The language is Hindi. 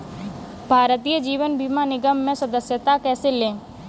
भारतीय जीवन बीमा निगम में सदस्यता कैसे लें?